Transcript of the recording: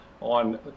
on